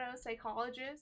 psychologists